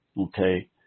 Okay